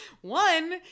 One